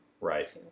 Right